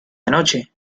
anoche